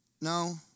No